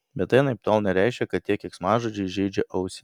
bet tai anaiptol nereiškia kad tie keiksmažodžiai žeidžia ausį